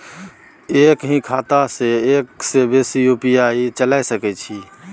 एक ही खाता सं एक से बेसी यु.पी.आई चलय सके छि?